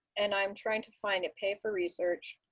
and i'm trying to find it pay for research.